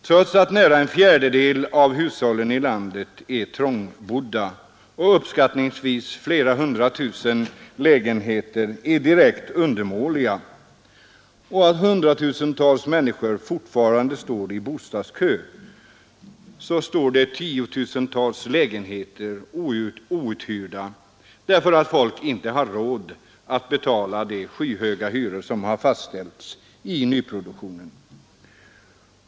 Trots att nästan en fjärdedel av hushållen i landet är trångbodda och uppskattningsvis flera hundratusen lägenheter är direkt undermåliga och hundratusentals människor fortfarande står i bostadskö, står det tiotusentals lägenheter outhyrda därför att folk inte har råd att betala de skyhöga hyror som fastställts i nyproduktionen.